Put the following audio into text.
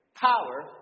power